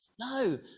No